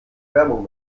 werbung